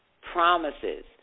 promises